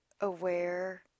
aware